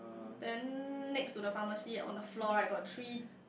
then next to the pharmacy on the floor right got three